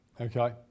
Okay